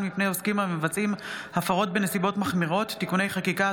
מפני עוסקים המבצעים הפרות בנסיבות מחמירות (תיקוני חקיקה),